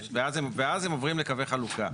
ואז הם עוברים לקווי חלוקה.